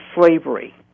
slavery